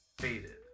Faded